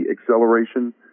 acceleration